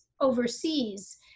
overseas